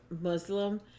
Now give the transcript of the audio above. Muslim